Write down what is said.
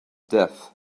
death